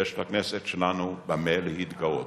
יש לכנסת שלנו במה להתגאות,